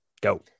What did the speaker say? Go